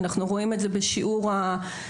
אנחנו רואים את זה בשיעור הצעירים